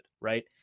right